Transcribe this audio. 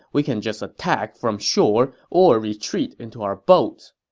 we can just attack from shore or retreat into our boats.